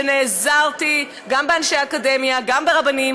שנעזרתי גם באנשי אקדמיה וגם ברבנים